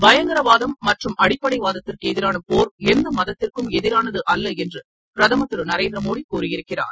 பயங்கரவாதம் மற்றும் அடிப்படை வாதத்திற்கு எதிரான போர் எந்த மதத்திற்கும் எதிரானது அல்ல என்றுபிரதமர் திரு நரேந்திரமோடி கூறியிருக்கிறார்